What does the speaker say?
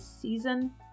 Season